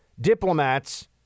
diplomats